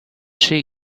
she